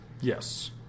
Yes